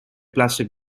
plastic